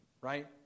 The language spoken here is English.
right